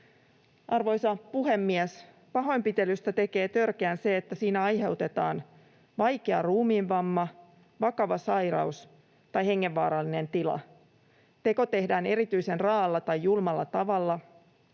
Arvoisa puhemies! Pahoinpitelystä tekee törkeän se, että siinä aiheutetaan vaikea ruumiinvamma, vakava sairaus tai hengenvaarallinen tila, teko tehdään erityisen raa’alla tai julmalla tavalla